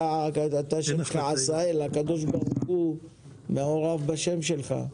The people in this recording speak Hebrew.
אתה עשהאל, הקב"ה מעורב בשם שלך.